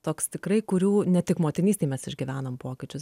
toks tikrai kurių ne tik motinystėj mes išgyvenam pokyčius